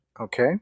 Okay